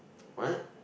what